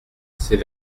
c’est